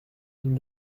nous